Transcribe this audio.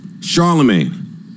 Charlemagne